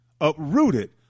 uprooted